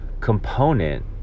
component